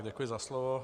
Děkuji za slovo.